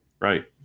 Right